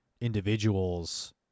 individuals